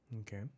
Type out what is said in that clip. Okay